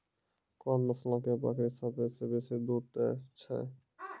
कोन नस्लो के बकरी सभ्भे से बेसी दूध दै छै?